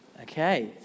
Okay